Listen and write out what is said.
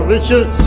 Richard